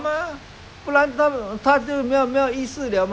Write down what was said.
比较说好像是